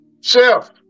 Chef